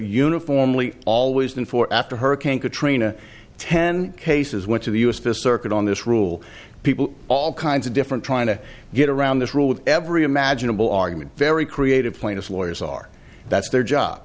uniformly always been for after hurricane katrina ten cases went to the us fist circuit on this rule people all kinds of different trying to get around this rule with every imaginable argument very creative plaintiff's lawyers are that's their job